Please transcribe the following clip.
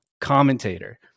commentator